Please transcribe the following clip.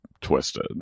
twisted